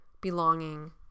belonging